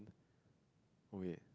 oh wait